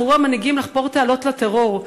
בחרו המנהיגים לחפור תעלות לטרור,